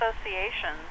associations